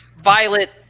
Violet